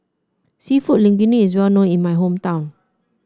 seafood Linguine is well known in my hometown